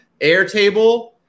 Airtable